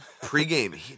Pre-game